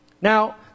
Now